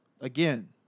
Again